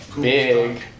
big